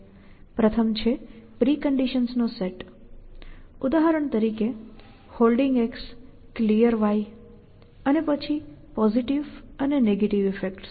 પ્રથમ છે પ્રિકન્ડિશન્સ નો સેટ ઉદાહરણ તરીકે Holding Clear અને પછી પોઝિટિવ અને નેગેટિવ ઈફેક્ટ્સ